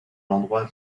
l’endroit